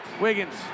Wiggins